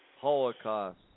Holocaust